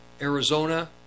Arizona